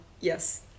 yes